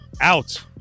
out